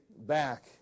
back